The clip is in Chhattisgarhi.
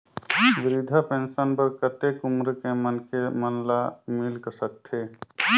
वृद्धा पेंशन बर कतेक उम्र के मनखे मन ल मिल सकथे?